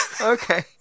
Okay